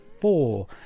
four